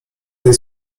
tej